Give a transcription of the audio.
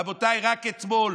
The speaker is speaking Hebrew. רבותיי, רק אתמול